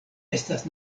estas